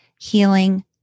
healing